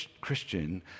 Christian